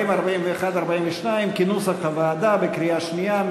40, 41, 42 כנוסח הוועדה, בקריאה שנייה.